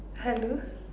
hello